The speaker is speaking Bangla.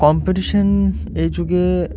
কম্পিটিশান এই যুগে